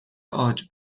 عاج